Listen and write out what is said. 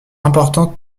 importante